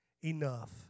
enough